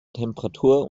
temperatur